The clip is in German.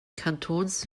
kantons